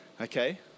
Okay